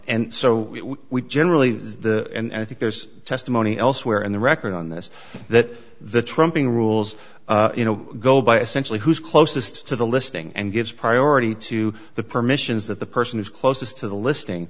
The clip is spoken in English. and so we generally and i think there's testimony elsewhere in the record on this that the trumping rules you know go by essentially who's closest to the listing and gives priority to the permissions that the person is closest to the listing